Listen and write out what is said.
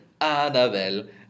Annabelle